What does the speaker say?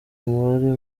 umubare